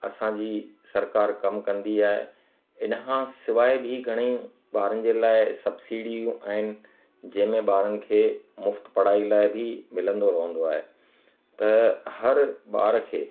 असांजी सरकार कम कंदी आहे इनखां सवाइ बि घणई ॿारनि जे लाइ सभु सीढ़ियूं आहिनि जंहिं में ॿारनि खे मुफ़्ति पढ़ाई लाइ बि मिलंदो रहंदो आहे त हर ॿार खे